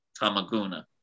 tamaguna